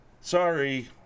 Sorry